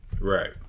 Right